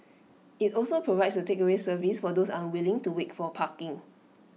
IT also provides A takeaway service for those unwilling to wait for parking